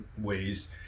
ways